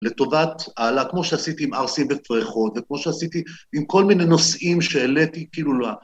לטובת הלאה כמו שעשיתי עם ערסים ופרחות וכמו שעשיתי עם כל מיני נושאים שהעליתי כאילו לא